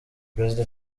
perezida